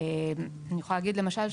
אני יכולה להגיד למשל,